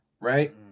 right